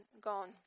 gone